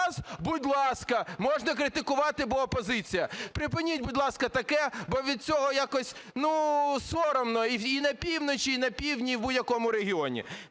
будь ласка, можна критикувати, бо опозиція. Припиніть, будь ласка, таке. Бо від цього якось, ну, соромно і на півночі, і на півдні, і в будь-якому регіоні.